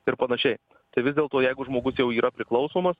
ir panašiai tai vis dėlto jeigu žmogus jau yra priklausomas